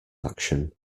action